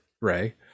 Ray